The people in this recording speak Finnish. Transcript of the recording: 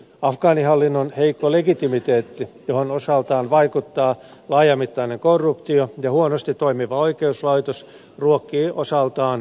afgaanihallinnon heikko legitimiteetti johon osaltaan vaikuttavat laajamittainen korruptio ja huonosti toimiva oikeuslaitos ruokkii osaltaan vastarintaa